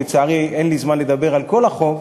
לצערי אין לי זמן לדבר על כל החוק.